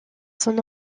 son